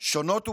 שונות ומשונות?